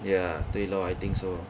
ya 对 lor I think so